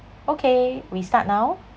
okay we start now